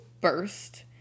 burst